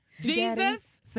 Jesus